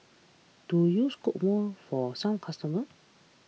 do you scoop more for some customers